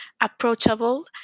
approachable